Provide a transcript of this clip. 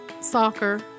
soccer